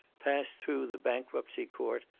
passed through the bankruptcy court,